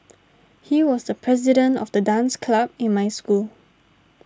he was the president of the dance club in my school